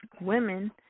women